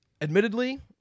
Admittedly